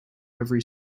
every